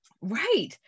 right